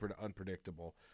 unpredictable